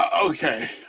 Okay